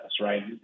right